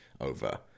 over